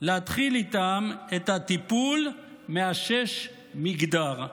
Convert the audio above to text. להתחיל איתם טיפול מאשש מגדר.